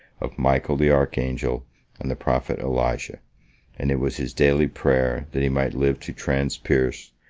of michael the archangel and the prophet elijah and it was his daily prayer that he might live to transpierce,